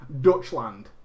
dutchland